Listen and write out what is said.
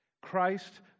Christ